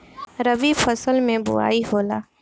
रबी फसल मे बोआई होला?